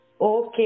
Okay